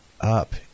up